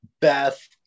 Beth